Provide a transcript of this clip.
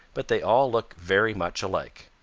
but they all look very much alike.